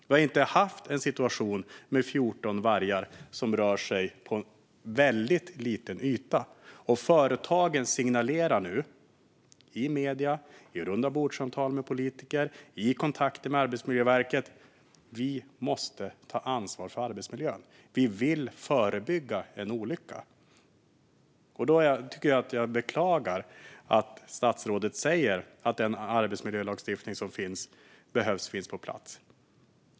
Vi har inte haft en situation med 14 vargar som rör sig på en väldigt liten yta. Företagen signalerar nu i medierna, i rundabordssamtal med politiker och i kontakter med Arbetsmiljöverket att de måste ta ansvar för arbetsmiljön. De vill förebygga en olycka. Därför beklagar jag att statsrådet säger att den arbetsmiljölagstiftning som behövs finns på plats.